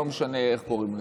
לא משנה איך קוראים לזה.